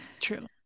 True